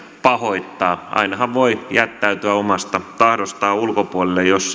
pahoittaa ainahan voi jättäytyä omasta tahdostaan ulkopuolelle jos